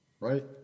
Right